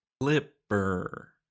Flipper